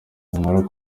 inkuru